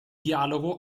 dialogo